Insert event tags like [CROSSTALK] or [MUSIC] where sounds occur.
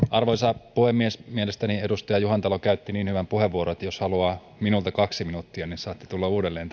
[UNINTELLIGIBLE] arvoisa puhemies mielestäni edustaja juhantalo käytti niin hyvän puheenvuoron että jos haluatte minulta kaksi minuuttia niin saatte tulla uudelleen [UNINTELLIGIBLE]